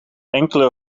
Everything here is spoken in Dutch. enkele